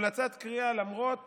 המלצת קריאה, למרות